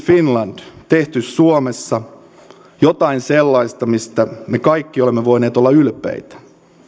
finland tehty suomessa jotain sellaista mistä me kaikki olemme voineet olla ylpeitä